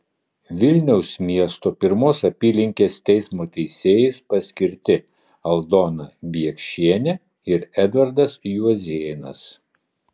vilniaus miesto pirmos apylinkės teismo teisėjais paskirti aldona biekšienė ir edvardas juozėnas